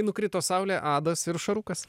nukrito saulė adas ir šarukas